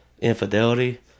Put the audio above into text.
infidelity